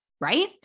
right